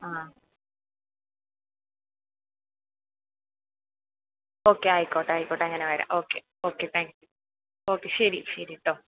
ആ ഓക്കെ ആയിക്കോട്ടെ ആയിക്കോട്ടെ അങ്ങനെ വരാം ഓക്കെ ഓക്കെ താങ്ക് ഓക്കെ ശരി ശരി കേട്ടോ ഓ